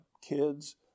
kids